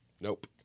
Nope